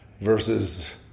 versus